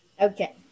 Okay